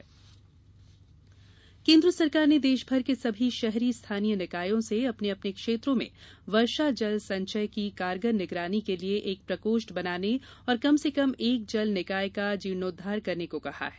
जल संरक्षण आव्हान केन्द्र सरकार ने देश भर के सभी शहरी स्थानीय निकायों से अपने अपने क्षेत्रों में वर्षा जल संचयन की कारगर निगरानी के लिए एक प्रकोष्ठ बनाने और कम से कम एक जल निकाय का जीर्णोद्वार करने को कहा है